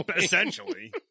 essentially